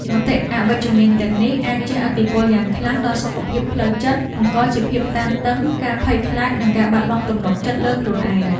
មតិអវិជ្ជមានទាំងនេះអាចជះឥទ្ធិពលយ៉ាងខ្លាំងដល់សុខភាពផ្លូវចិត្ត បង្កជាភាពតានតឹង ការភ័យខ្លាច និងការបាត់បង់ទំនុកចិត្តលើខ្លួនឯង។